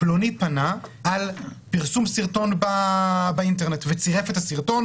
פלוני פנה על פרסום סרטון באינטרנט וצירף את הסרטון